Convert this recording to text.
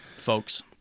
Folks